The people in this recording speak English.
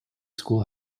school